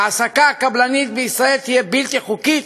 והעסקה קבלנית בישראל תהיה בלתי חוקית,